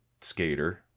skater